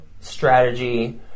strategy